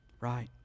Right